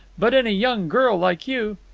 but in a young girl like you.